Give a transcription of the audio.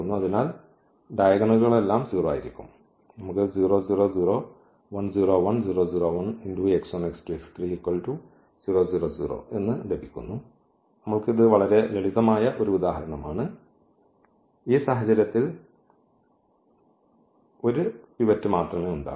അതിനാൽ ഈ ഡയഗണലുകളെല്ലാം 0 ആയിരിക്കും നമ്മൾക്ക് ഇത് വളരെ ലളിതമായ ഒരു ഉദാഹരണമാണ് ഈ സാഹചര്യത്തിൽ 1 പിവറ്റ് മാത്രമേ ഉണ്ടാകൂ